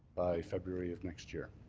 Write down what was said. by february of next year.